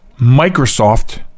Microsoft